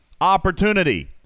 opportunity